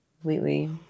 completely